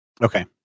Okay